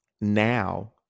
now